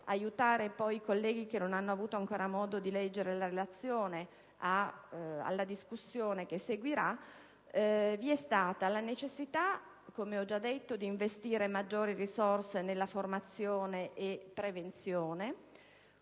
aiutare i colleghi che non hanno ancora avuto modo di leggere la relazione per la discussione che seguirà), vi sono la necessità - come ho già detto - di investire maggiori risorse nella formazione e prevenzione;